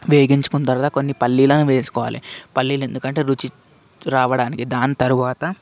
వేయించుకొని తర్వాత కొన్ని పల్లీలను వేసుకోవాలి పల్లీలు ఎందుకంటే రుచి రావడానికి దాని తర్వాత